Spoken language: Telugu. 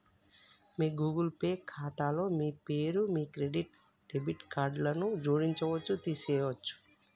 మీ గూగుల్ పే ఖాతాలో మీరు మీ క్రెడిట్, డెబిట్ కార్డులను జోడించవచ్చు, తీసివేయచ్చు